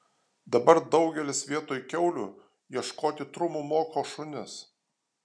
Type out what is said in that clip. dabar daugelis vietoj kiaulių ieškoti trumų moko šunis